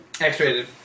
X-rated